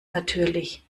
natürlich